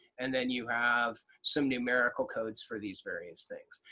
and then you have some numerical codes for these various things.